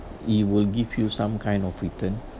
it will give you some kind of return